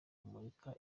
kumurika